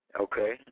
Okay